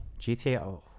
gta